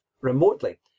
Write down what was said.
remotely